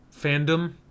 fandom